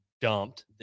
dumped